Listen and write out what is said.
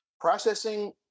processing